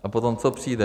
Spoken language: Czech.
A potom co přijde?